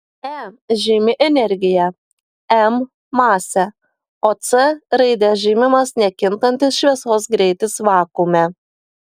e žymi energiją m masę o c raide žymimas nekintantis šviesos greitis vakuume